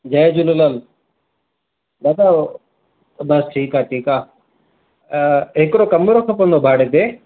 जय झूलेलाल दादा बसि ठीकु ठीकु आहे हिकिड़ो कमिरो खपंदो भाड़े ते